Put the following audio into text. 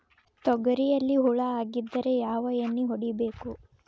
ತೊಗರಿಯಲ್ಲಿ ಹುಳ ಆಗಿದ್ದರೆ ಯಾವ ಎಣ್ಣೆ ಹೊಡಿಬೇಕು?